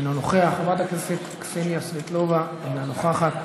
אינו נוכח, חברת הכנסת קסניה סבטלובה, אינה נוכחת.